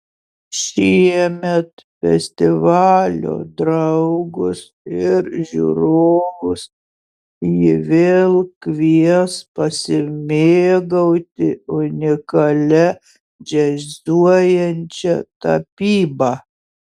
šiemet festivalio draugus ir žiūrovus ji vėl kvies pasimėgauti unikalia džiazuojančia tapyba